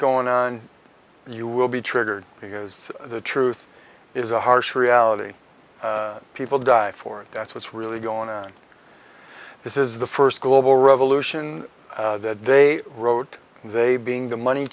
going on you will be triggered because the truth is a harsh reality people die for that's what's really going on this is the first global revolution that they wrote and they being the money